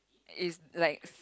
is like